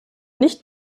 nicht